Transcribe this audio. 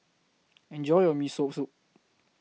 Enjoy your Miso Soup